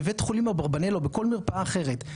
בבית חולים אברבנאל או בכל מרפאה אחרת,